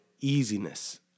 easiness